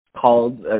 called